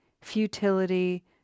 futility